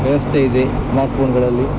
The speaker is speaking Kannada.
ವ್ಯವಸ್ಥೆ ಇದೆ ಸ್ಮಾರ್ಟ್ಫೋನ್ಗಳಲ್ಲಿ